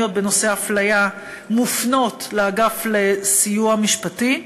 בנושא אפליה מופנות לאגף לסיוע משפטי,